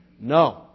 No